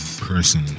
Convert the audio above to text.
person